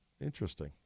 Interesting